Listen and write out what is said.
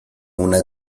una